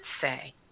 say